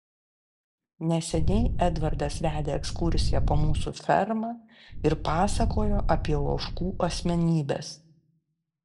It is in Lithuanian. neseniai edvardas vedė ekskursiją po mūsų fermą ir pasakojo apie ožkų asmenybes